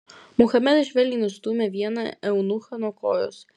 muhamedas švelniai nustūmė vieną eunuchą nuo kojos